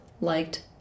liked